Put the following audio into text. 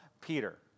Peter